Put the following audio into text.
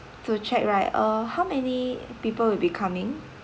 to check right uh how many people will be coming